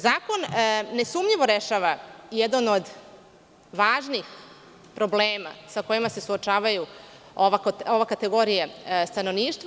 Zakon nesumnjivo rešava jedan od važnih problema sa kojima se suočavaju ove kategorije stanovništva.